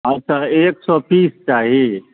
अच्छा एक सओ पीस चाही